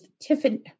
tiffany